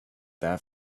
that